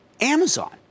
Amazon